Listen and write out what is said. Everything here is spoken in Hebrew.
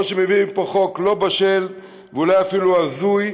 או שמביאים לפה חוק לא בשל ואולי אפילו הזוי,